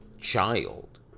child